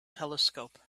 telescope